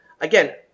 again